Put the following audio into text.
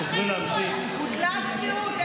בוטלה הסבירות.